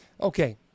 Okay